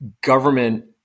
government